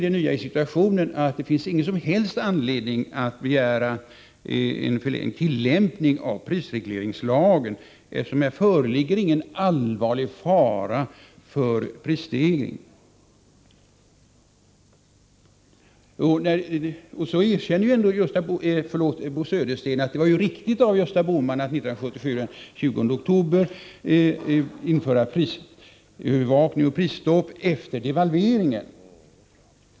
Det nya i situationen är att det inte finns någon som helst anledning att begära en förlängd tillämpning av prisregleringslagen, eftersom det inte föreligger någon allvarlig fara för prisstegring. Bo Södersten erkänner ju ändå att det var riktigt av Gösta Bohman att den 20 oktober 1977 införa prisövervakning och prisstopp efter devalveringen.